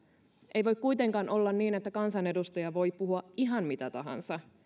ei voi kuitenkaan olla niin että kansanedustaja voi puhua ihan mitä tahansa